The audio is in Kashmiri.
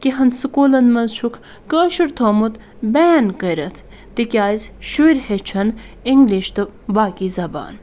کیٚنٛہہ ہَن سکوٗلَن مَنٛز چھُکھ کٲشُر تھوٚومُت بین کٔرِتھ تِکیٛازِ شُرۍ ہیٚچھَن اِنٛگلِش تہٕ باقی زَبان